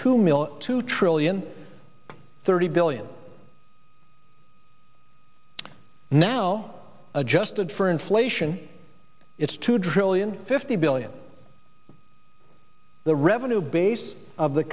mil two trillion thirty billion now adjusted for inflation it's to drill in fifty billion the revenue base of the